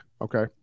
okay